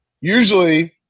usually –